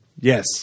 Yes